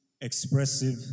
expressive